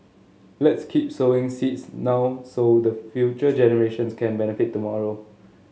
let's keep sowing seeds now so the future generations can benefit tomorrow